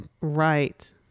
right